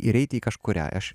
ir eiti į kažkurią aš